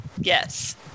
Yes